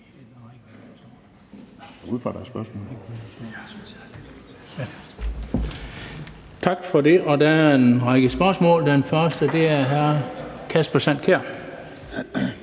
Tak for det. Der er en række spørgsmål. Først er det hr. Kasper Sand Kjær.